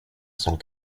cent